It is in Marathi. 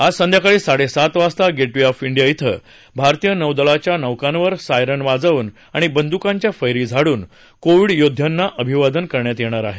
आज संध्याकाळी साडे सात वाजता गेटवे ऑफ डिया क्रिं भारतीय नौदलाच्या नौकांवर सायरन वाजवून आणि बंदुकांच्या फैरी झाडून कोविड योद्ध्यांना अभिवादन करण्यात येईल